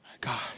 God